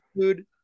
food